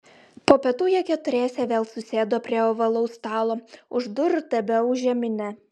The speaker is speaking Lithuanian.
po pietų jie keturiese vėl susėdo prie ovalaus stalo už durų tebeūžė minia